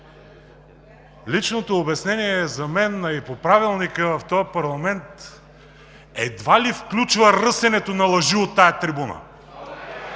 личното обяснение е за мен, а и по Правилника в този парламент, едва ли се включва ръсенето на лъжи от тази трибуна.